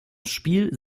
spiel